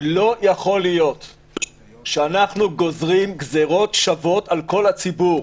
לא יכול להיות שאנחנו גוזרים גזרות שוות על כל הציבור.